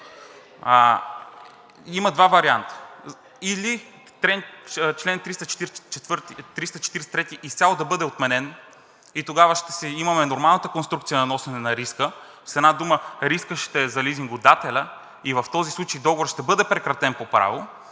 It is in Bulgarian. Има два варианта – или чл. 343 изцяло да бъде отменен и тогава ще имаме нормалната конструкция на носене на риска, с една дума рискът ще е за лизингодателя и в този случай договорът ще бъде прекратен по право,